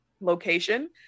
location